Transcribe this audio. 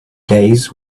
days